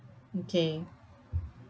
okay